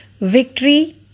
victory